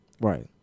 Right